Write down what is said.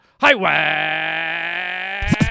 Highway